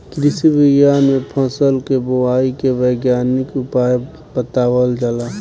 कृषि विज्ञान में फसल के बोआई के वैज्ञानिक उपाय बतावल जाला